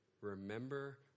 Remember